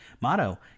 Motto